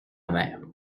mère